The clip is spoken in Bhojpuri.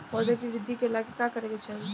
पौधों की वृद्धि के लागी का करे के चाहीं?